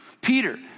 Peter